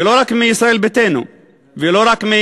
ולא רק מישראל ביתנו ולא רק,